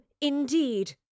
indeed